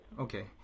Okay